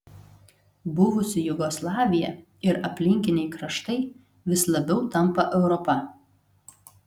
buvusi jugoslavija ir aplinkiniai kraštai vis labiau tampa europa